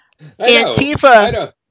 Antifa